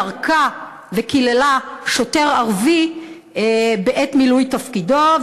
היא ירקה על שוטר ערבי וקיללה אותו בעת מילוי תפקידו,